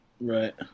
right